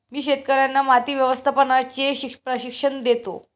मी शेतकर्यांना माती व्यवस्थापनाचे प्रशिक्षण देतो